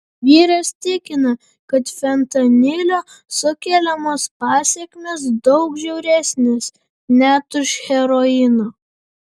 vyras tikina kad fentanilio sukeliamos pasekmės daug žiauresnės net už heroino